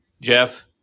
Jeff